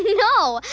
no,